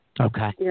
Okay